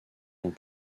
sont